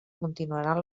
continuaran